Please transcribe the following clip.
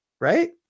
right